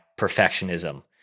perfectionism